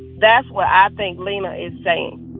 that's what i think lena is saying